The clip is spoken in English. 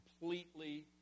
Completely